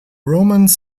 romans